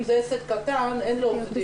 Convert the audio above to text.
אם זה עסק קטן, אין לו עובדים.